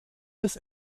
des